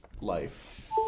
life